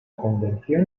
convención